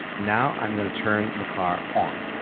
now i'm going to turn the car on.